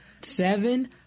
seven